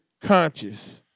conscious